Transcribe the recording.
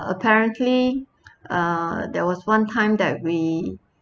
apparently err there was one time that we